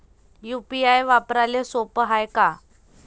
UPI वापराले सोप हाय का?